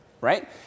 right